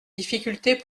difficultés